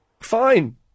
Fine